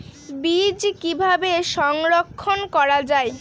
বীজ কিভাবে সংরক্ষণ করা যায়?